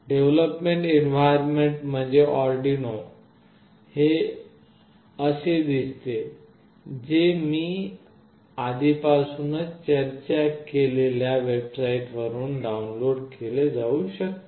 development environment म्हणजे Arduino IDE हे असे दिसते जे मी आधीपासूनच चर्चा केलेल्या वेबसाइट वरून डाउनलोड केले जाऊ शकते